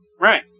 Right